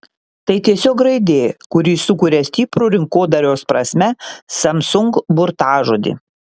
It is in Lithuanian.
tai tiesiog raidė kuri sukuria stiprų rinkodaros prasme samsung burtažodį